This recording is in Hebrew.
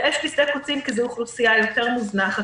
זה אש בשדה קוצים כי זו אוכלוסייה יותר מוזנחת,